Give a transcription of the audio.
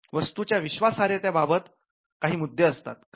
वस्तूच्या विश्वासार्ह्यता बाबत काही मुद्दे असतात